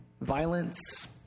Violence